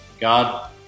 God